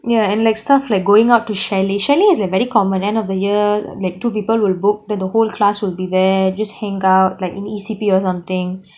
ya and like stuff like going out to chalet chalet is like very common end of the year like two people will book then the whole class will be there just hangout like in E_C_P or something